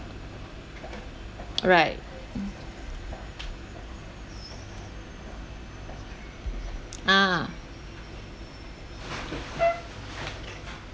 right mm ah